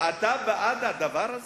אתה בעד הדבר הזה?